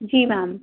जी ma'am